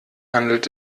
handelt